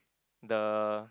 the